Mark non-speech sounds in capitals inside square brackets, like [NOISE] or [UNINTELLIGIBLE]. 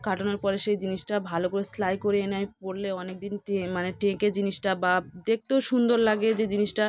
কাটানোর পরে সেই জিনিসটা ভালো করে সেলাই করে এনে আমি পরলে অনেকদিন টে [UNINTELLIGIBLE] মানে টেকে জিনিসটা বা দেখতেও সুন্দর লাগে যে জিনিসটা